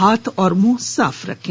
हाथ और मुंह साफ रखें